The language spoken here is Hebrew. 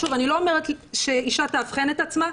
שוב, אני לא אומר שאישה תאבחן את עצמה.